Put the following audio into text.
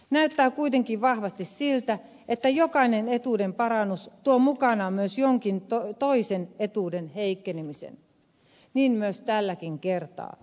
näyttää kuitenkin vahvasti siltä että jokainen etuuden parannus tuo mukanaan myös jonkin toisen etuuden heikkenemisen niin tälläkin kertaa